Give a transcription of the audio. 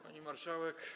Pani Marszałek!